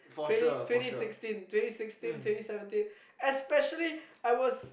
twenty twenty sixteen twenty sixteen twenty seventeen especially I was